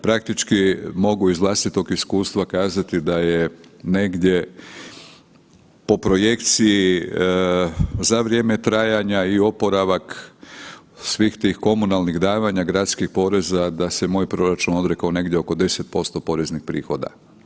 Praktički mogu iz vlastitog iskustva kazati da je negdje po projekciji za vrijeme trajanja i oporavak svih tih komunalnih davanja gradskih poreza da se moj proračun odrekao negdje oko 10% poreznih prihoda.